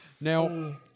Now